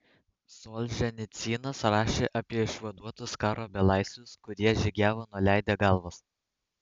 solženicynas rašė apie išvaduotus karo belaisvius kurie žygiavo nuleidę galvas